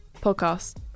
podcast